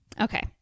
Okay